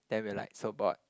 then we are like so bored